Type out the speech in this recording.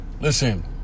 Listen